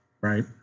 right